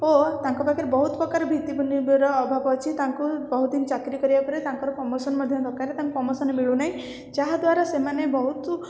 ଓ ତାଙ୍କ ପାଖରେ ବହୁତ ପ୍ରକାର ଭିତ୍ତିଭୂମିର ଅଭାବ ଅଛି ତାଙ୍କୁ ବହୁତ ଦିନ ଚାକିରୀ କରିବା ପରେ ତାଙ୍କର ପ୍ରମୋସନ୍ ମଧ୍ୟ ଦରକାର ତାଙ୍କୁ ପ୍ରମୋସନ୍ ମିଳୁ ନାହିଁ ଯାହା ଦ୍ୱାରା ସେମାନେ ବହୁତ